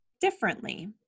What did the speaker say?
differently